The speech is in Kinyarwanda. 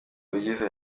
ugize